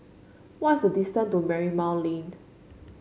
what's the distant to Marymount Lane